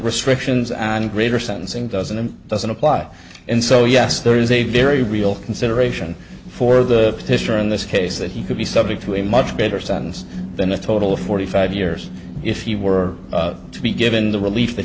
restrictions and greater sentencing doesn't and doesn't apply and so yes there is a very real consideration for the petitioner in this case that he could be subject to a much better sense than a total of forty five years if he were to be given the relief that